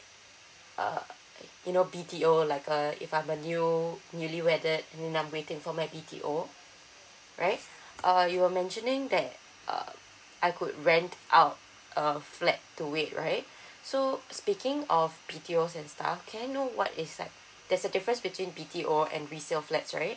uh you know B_T_O like uh if I'm a new newly wedded and I'm waiting for my B_T_O right uh you were mentioning that uh I could rent out a flat to wait right so speaking of B_T_O and stuff can I know what is like there's a different between B_T_O and resale flats right